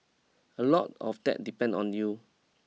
a lot of that depend on you